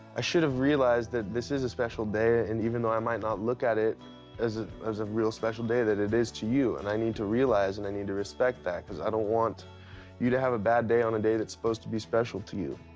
should have realized that this is a special day and even though i might not look at it as it as a real special day, that it is to you, and i need to realize, and i need to respect that cause i don't want you to have a bad day on a day that's supposed to be special to you.